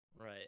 right